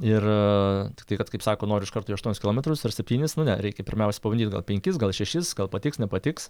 ir tiktai kad kaip sako noriu iš karto į aštuonis kilometrus ar septynis nu ne reikia pirmiausia pabandyt gal penkis gal šešis gal patiks nepatiks